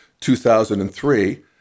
2003